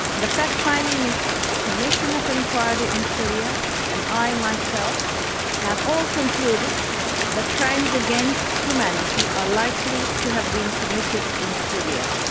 the fact-finding mission, the commission of enquiry on syria and i myself have all concluded that crimes against humanity are likely to have been committed in syria.